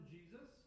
Jesus